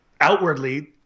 outwardly